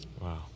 Wow